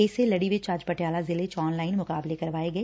ਇਸੇ ਲੜੀ ਵਿਚ ਅੱਜ ਪਟਿਆਲਾ ਜ਼ਿਲੇ ਚ ਆਨ ਲਾਈਨ ਮੁਕਾਬਲੇ ਕਰਵਾਏ ਗਏ